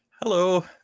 hello